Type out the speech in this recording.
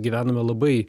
gyvename labai